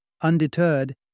Undeterred